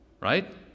Right